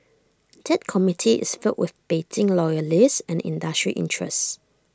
that committee is filled with Beijing loyalists and industry interests